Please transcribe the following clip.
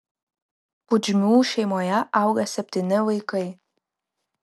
pudžmių šeimoje auga septyni vaikai